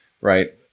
Right